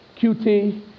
QT